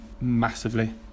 massively